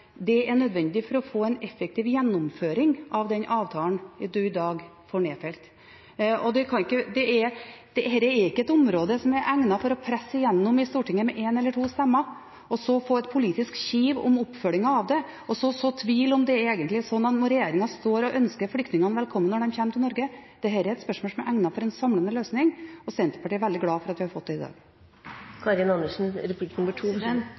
det er nødvendig for å få en effektiv gjennomføring av den avtalen vi i dag får vedtatt. Dette er ikke et område som er egnet for å presses igjennom i Stortinget med én eller to stemmers overvekt, for så å få et politisk kiv om oppfølgingen av det, og så så tvil om det egentlig er sånn når regjeringen står og ønsker flyktningene velkommen når de kommer til Norge. Dette er et spørsmål som er egnet for en samlende løsning, og Senterpartiet er veldig glad for at vi får det i